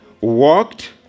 walked